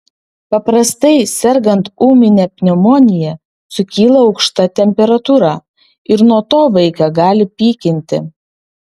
paprastai sergant ūmine pneumonija sukyla aukšta temperatūra ir nuo to vaiką gali pykinti